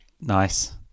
Nice